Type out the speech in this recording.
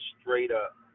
straight-up